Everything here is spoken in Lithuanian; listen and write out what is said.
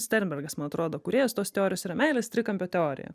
sternbergas man atrodo kūrėjas tos teorijos yra meilės trikampio teorija